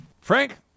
Frank